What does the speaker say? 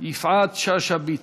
יפעת שאשא ביטון,